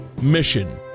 Mission